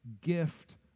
gift